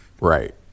Right